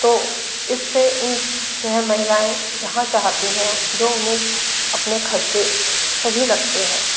तो इससे इनसे जो है महिलाएँ जहाँ चाहती हैं जो उन्हें अपने खर्चे सही लगते हैं